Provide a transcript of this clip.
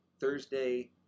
Thursday